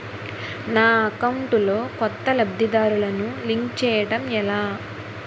నా అకౌంట్ లో కొత్త లబ్ధిదారులను లింక్ చేయటం ఎలా?